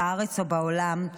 צריך לדבר באמת על כל האתגרים בנגב,